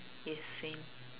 yes same